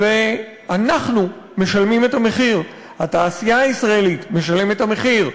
ואנחנו משלמים את המחיר: התעשייה הישראלית משלמת את המחיר,